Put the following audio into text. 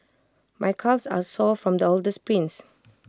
my calves are sore from all the sprints